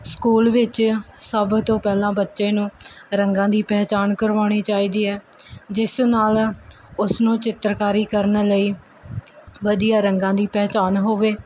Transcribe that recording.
school ਵਿੱਚ ਸਭ ਤੋਂ ਪਹਿਲਾਂ ਬੱਚੇ ਨੂੰ ਰੰਗਾਂ ਦੀ ਪਹਿਚਾਣ ਕਰਵਾਉਣੀ ਚਾਹੀਦੀ ਹੈ ਜਿਸ ਨਾਲ ਉਸ ਨੂੰ ਚਿੱਤਰਕਾਰੀ ਕਰਨ ਲਈ ਵਧੀਆ ਰੰਗਾਂ ਦੀ ਪਹਿਚਾਣ ਹੋਵੇ